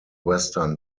western